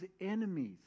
enemies